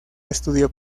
estudio